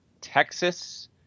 Texas